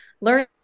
learn